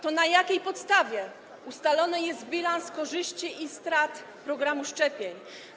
To na jakiej podstawie ustalony jest bilans korzyści i strat programu szczepień?